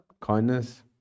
Kindness